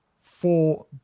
four